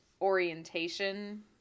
orientation